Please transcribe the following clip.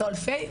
לא אלפי,